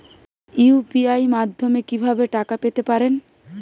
UPI মাধ্যমে কি ভাবে টাকা পেতে পারেন?